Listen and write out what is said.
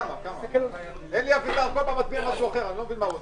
אין יותר נושאים חדשים ובזה נגמר.